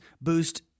boost